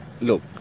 look